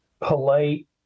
polite